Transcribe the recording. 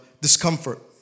discomfort